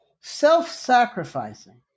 Self-sacrificing